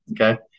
Okay